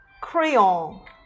crayon